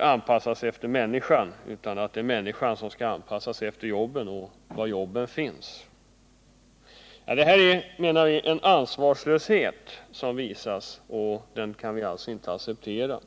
anpassas efter människan utan människan skall anpassas efter jobben och efter var jobben finns. Det är, menar vi, en ansvarslöshet som visas, och den kan vi inte acceptera.